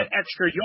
extra